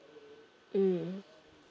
mm